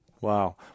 Wow